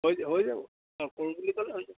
হৈ হৈ যাব অঁ কৰো বুলি ক'লে হৈ যাব